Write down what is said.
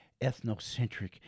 ethnocentric